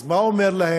אז מה הוא אומר להם?